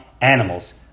animals